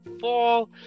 fall